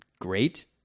Great